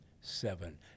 seven